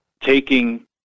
taking